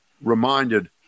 reminded